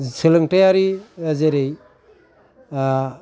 सोलोंथाइयारि जेरै